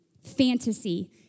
fantasy